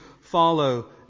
follow